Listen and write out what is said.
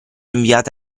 inviate